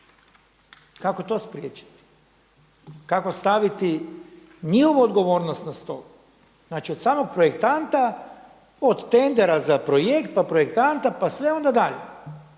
Kao to spriječiti? Kako staviti njihovu odgovornost na stol? Znači od samog projektanta, od tendera za projekt, pa projektanta pa sve onda dalje.